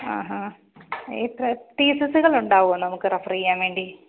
ആഹാ എത്ര പീസസുകളുണ്ടാവോ നമുക്ക് റെഫെർ ചെയ്യാൻ വേണ്ടി